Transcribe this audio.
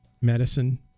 medicine